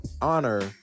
honor